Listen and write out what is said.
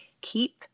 keep